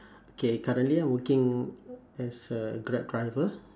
okay currently I'm working as a grab driver